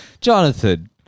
Jonathan